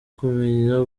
kumenya